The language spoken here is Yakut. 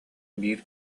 биир